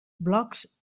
blogs